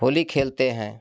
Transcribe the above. होली खेलते हैं